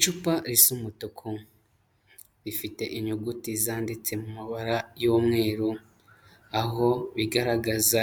Icupa risa umutuku rifite inyuguti zanditse mu mabara y'umweru, aho bigaragaza